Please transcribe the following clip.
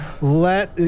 Let